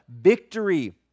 Victory